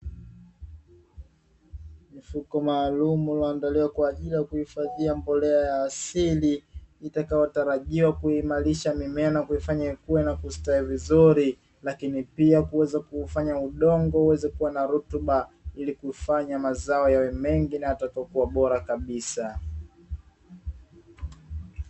Mifuko maalumu, iliyoundwa kwa ajili ya kuhifadhi mbolea ya asili, itakayotarajiwa kuimarisha mimea na kuifanya ikue na kustawi vizuri, lakini pia kuweza kufanya udongo uwe na rutuba ili mazao yawe mengi na bora kabisa.